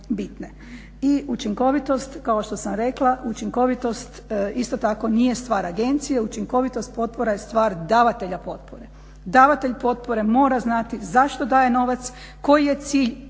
I učinkovitost kao što sam rekla, učinkovitost isto tak nije stvar agencije, učinkovitost potpora je stvar davatelja potpore. Davatelj potpore mora znati zašto daje novac, koji je cilj,